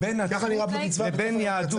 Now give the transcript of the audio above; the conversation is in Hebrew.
אתם מדברים על שוויון בין נצרות לבין יהדות